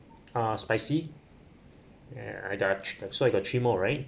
ah spicy yeah I uh so I got three more right